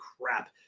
crap